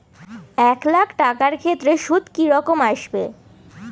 এক লাখ টাকার ক্ষেত্রে সুদ কি রকম আসবে?